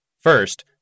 First